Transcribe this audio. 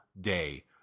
day